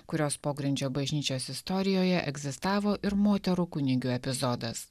kurios pogrindžio bažnyčios istorijoje egzistavo ir moterų kunige epizodas